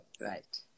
Right